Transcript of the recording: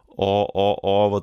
o o o vat